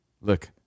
look